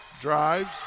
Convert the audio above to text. Drives